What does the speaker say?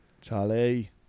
Charlie